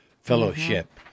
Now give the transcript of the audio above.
fellowship